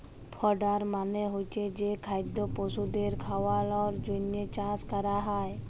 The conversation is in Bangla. ফডার মালে হচ্ছে যে খাদ্য পশুদের খাওয়ালর জন্হে চাষ ক্যরা হ্যয়